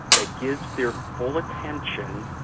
that gives their full attention,